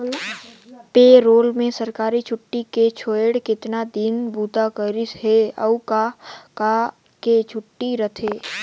पे role में सरकारी छुट्टी के छोएड़ केतना दिन बूता करिस हे, अउ का का के छुट्टी रथे